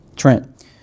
Trent